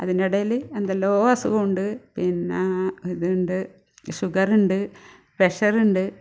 അതിൻ്റെ ഇടയിൽ എന്തെല്ലോ അസുഖമുണ്ട് പിന്ന അതുണ്ട് ഷുഗർ ഉണ്ട് പ്രഷർ ഉണ്ട്